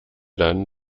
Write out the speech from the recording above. dann